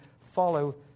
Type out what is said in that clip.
follow